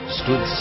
stood